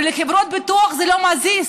לחברות ביטוח זה לא מזיז.